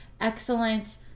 excellent